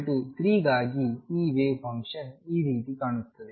n 3 ಗಾಗಿ ಈ wave function ಈ ರೀತಿ ಕಾಣುತ್ತದೆ